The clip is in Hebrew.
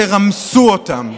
שרמסו אותם.